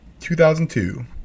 2002